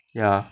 ya